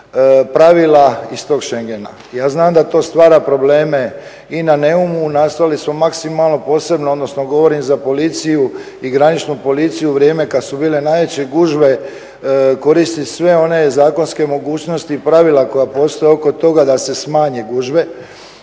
pravila iz tog Schengena. Ja znam da to stvara probleme i na Neumu. Nastojali smo maksimalno posebno, odnosno govorim za Policiju i Graničnu policiju, u vrijeme kad su bile najveće gužve koristit sve one zakonske mogućnosti i pravila koja postoje oko toga da se smanje gužve.